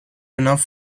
enough